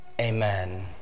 amen